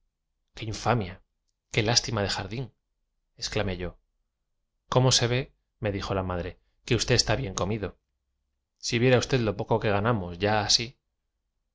infamia qué lástima de jardín exclamé yo cómo se véme dijo la madreque usted está bien comido si viera usted lo poco que ganamos ya así